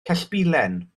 cellbilen